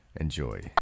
Enjoy